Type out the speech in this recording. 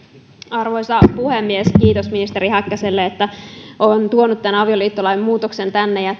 arvoisa puhemies kiitos ministeri häkkäselle että on tuonut tämän avioliittolain muutoksen tänne ja